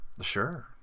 Sure